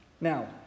Now